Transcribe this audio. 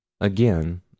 Again